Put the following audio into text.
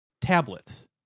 tablets